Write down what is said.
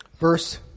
verse